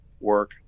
work